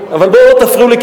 אבל אל תפריעו לי,